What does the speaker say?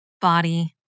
body